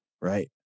right